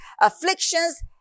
afflictions